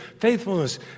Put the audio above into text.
faithfulness